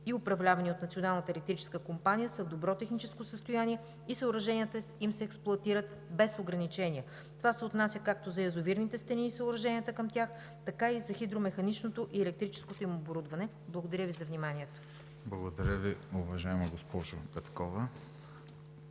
и управлявани от Националната електрическа компания са в добро техническо състояние и съоръженията им се експлоатират без ограничения. Това се отнася както за язовирните стени и съоръженията към тях, така и за хидромеханичното и електрическото им оборудване. Благодаря Ви за вниманието. ПРЕДСЕДАТЕЛ ВЕСЕЛИН МАРЕШКИ: Благодаря Ви, уважаема госпожо Петкова.